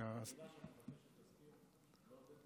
במילה שאני מבקש שתזכיר,